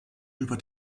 über